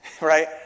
right